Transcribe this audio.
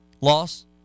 loss